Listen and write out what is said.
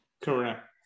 Correct